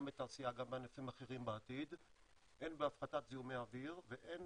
גם בתעשייה וגם בענפים אחרים בעתיד; הן בהפחתת זיהומי אוויר; והן